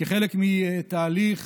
כחלק מתהליך